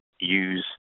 use